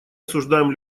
осуждаем